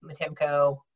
Matemco